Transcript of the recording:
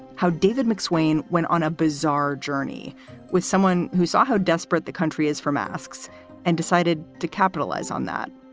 how david mcswain went on a bizarre journey with someone who saw how desperate the country is for masks and decided to capitalize on that.